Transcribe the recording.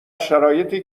شرایطی